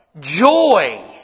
Joy